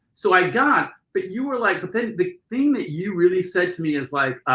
so i got but you were like but then the thing that you really said to me is like,